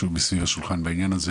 לשעבר, להפנות אליו.